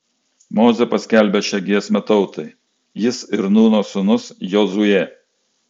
mozė paskelbė šią giesmę tautai jis ir nūno sūnus jozuė